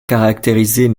caractériser